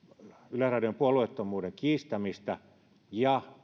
yleisradion puolueettomuuden kiistämistä ja